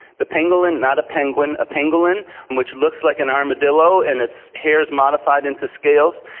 the pangolin, not a penguin, a pangolin which looks like an armadillo and its hair is modified into scales,